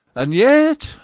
and yet,